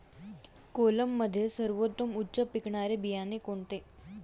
कोलममध्ये सर्वोत्तम उच्च पिकणारे बियाणे कोणते?